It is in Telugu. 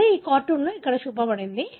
అదే ఈ కార్టూన్లో ఇక్కడ చూపబడింది